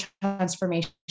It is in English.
transformation